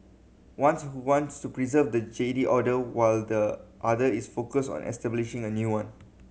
once who wants to preserve the Jedi Order while the other is focused on establishing a new one